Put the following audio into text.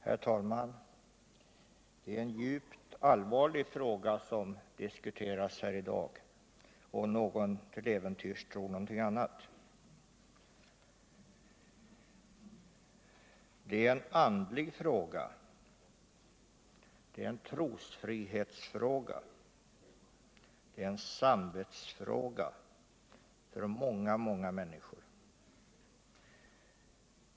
Herr talman! Det är en djupt allvarlig fråga som diskuteras här i dag, om någon till äventyrs tror något annat. Det är en andlig fråga. Det är en trosfrihetsfråga. Det är en samvetsfråga för många, många människor.